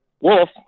Wolf